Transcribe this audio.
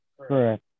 Correct